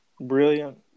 Brilliant